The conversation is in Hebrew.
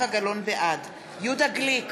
בעד יהודה גליק,